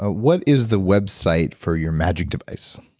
ah what is the website for your magic device?